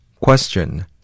Question